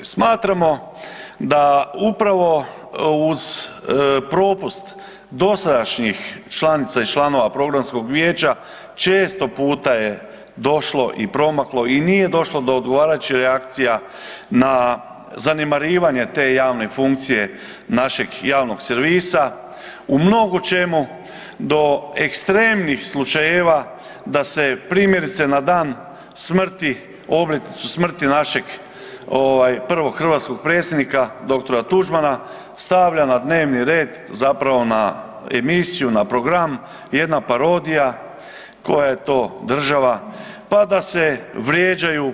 Smatramo da upravo uz propust dosadašnjih članica i članova Programskog vijeća često puta je došlo i promaklo i nije došlo do odgovarajućih reakcija na zanemarivanje te javne funkcije našeg javnog servisa u mnogo čemu do ekstremnih slučajeva da se primjerice na dan smrti, obljetnicu smrti našeg prvog hrvatskog predsjednika dr. Tuđmana stavlja na dnevni red, zapravo emisiju na program jedna parodija Koja je to država pa da se vrijeđaju.